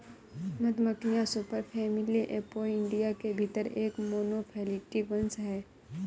मधुमक्खियां superfamily Apoidea के भीतर एक मोनोफैलेटिक वंश हैं